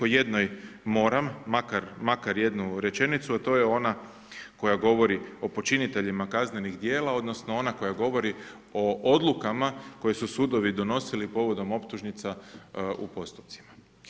O jednoj moram, makar jednu rečenicu, a to je ona koja govori o počiniteljima kaznenih djela, odnosno ona koja govori o odlukama koje su sudovi donosili povodom optužnica u postupcima.